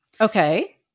Okay